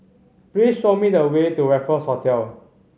please show me the way to Raffles Hotel